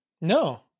No